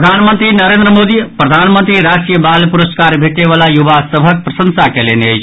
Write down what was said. प्रधानमंत्री नरेन्द्र मोदी प्रधानमंत्री राष्ट्रीय बाल पुरस्कार भेटयबला युवा सभक प्रसंशा कयलनि अछि